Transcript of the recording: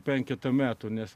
penketą metų nes